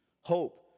hope